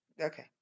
Okay